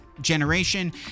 generation